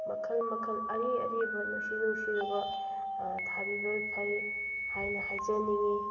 ꯃꯈꯜ ꯃꯈꯜ ꯑꯔꯤ ꯑꯔꯤꯕ ꯅꯨꯡꯁꯤ ꯅꯨꯡꯁꯤꯔꯕ ꯊꯥꯕꯤꯕ ꯐꯩ ꯍꯥꯏꯅ ꯍꯥꯏꯖꯅꯤꯡꯉꯤ